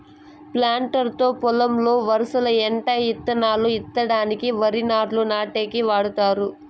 planter తో పొలంలో వరసల ఎంట ఇత్తనాలు ఇత్తడానికి, వరి నాట్లు నాటేకి వాడతారు